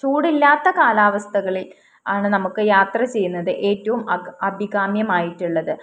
ചൂടില്ലാത്ത കാലാവസ്ഥകളിൽ ആണ് നമുക്ക് യാത്ര ചെയ്യുന്നത് ഏറ്റവും അഭികാമ്യമായിട്ടുള്ളത്